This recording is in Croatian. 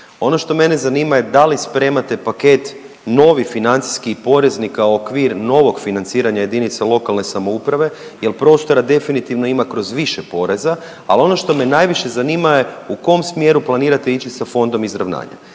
Ono što mene zanima je da li spremate paket novih financijski i porezni kao okvir novog financiranja jedinice lokalne samouprave, jer prostora definitivno ima kroz više poreza. Ali ono što me najviše zanima je u kom smjeru planirate ići sa Fondom izravnanja,